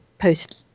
post